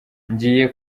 ngiye